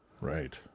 Right